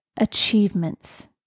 achievements